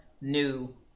new